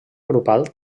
grupal